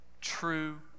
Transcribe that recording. true